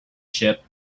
ship